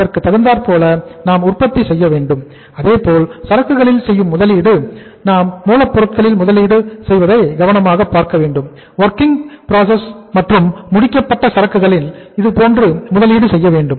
அதற்கு தகுந்தாற்போல நாம் உற்பத்தி செய்ய வேண்டும் அதேபோல சரக்குகளில் முதலீடு செய்யவேண்டும் அல்லது மூலப் பொருட்களில் முதலீடு செய்யவேண்டும் வொர்கிங் ப்ராசஸ் மற்றும் முடிக்கப்பட்ட சரக்குகளின் இதுபோன்று முதலீடு செய்ய வேண்டும்